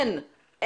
אין.